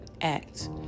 act